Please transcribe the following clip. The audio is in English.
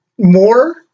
More